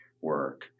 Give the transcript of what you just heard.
work